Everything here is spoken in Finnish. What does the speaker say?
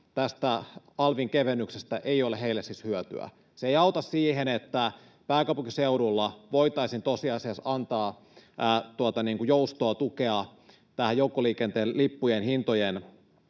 tästä alvin kevennyksestä ei ole heille siis hyötyä. Se ei auta siihen, että pääkaupunkiseudulla voitaisiin tosiasiassa antaa joustoa ja tukea joukkoliikenteen lippujen hintojen